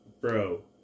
bro